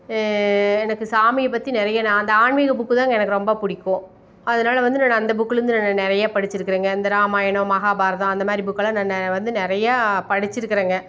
எனக்கு சாமியை பற்றி நிறைய நான் அந்த ஆன்மீக புக்கு தான்ங்க எனக்கு ரொம்ப பிடிக்கும் அதனால வந்து நான் அந்த புக்குலேருந்து நான் நிறையா படித்திருக்குறேங்க இந்த ராமாயணம் மகாபாரதம் அந்தமாதிரி புக்கெல்லாம் நான் நான் வந்து நிறையா படித்திருக்குறேங்க